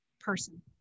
person